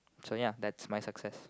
so ya that's my success